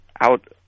out